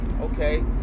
okay